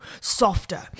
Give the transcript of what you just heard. softer